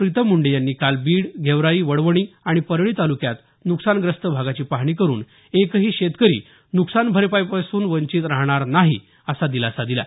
प्रितम मुंडे यांनी काल बीड गेवराई वडवणी आणि परळी तालुक्यात नुकसानग्रस्त भागाची पाहणी करून एकही शेतकरी नुकसान भरपाईपासून वंचित राहणार नाही असा दिलासा दिला